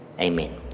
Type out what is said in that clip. Amen